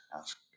ask